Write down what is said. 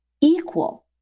Equal